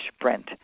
Brent